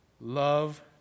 Love